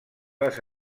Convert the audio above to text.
les